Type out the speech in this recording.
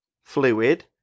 fluid